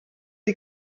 die